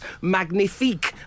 magnifique